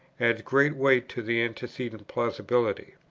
adds great weight to the antecedent plausibility.